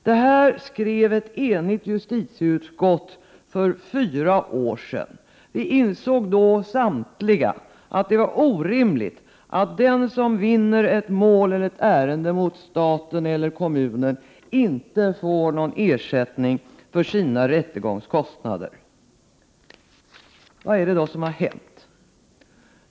Det här skrev ett enigt justitieutskott för fyra år sedan. Vi insåg då samtliga att det var orimligt att den som vinner ett mål eller ett ärende mot stat eller kommun inte får någon ersättning för sina rättegångskostnader. Vad är det då som har hänt?